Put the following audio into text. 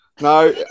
No